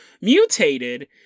mutated